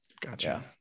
gotcha